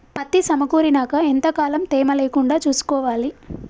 పత్తి సమకూరినాక ఎంత కాలం తేమ లేకుండా చూసుకోవాలి?